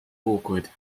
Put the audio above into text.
awkward